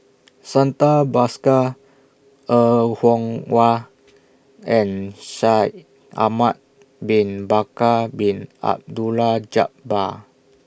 Santha Bhaskar Er Kwong Wah and Shaikh Ahmad Bin Bakar Bin Abdullah Jabbar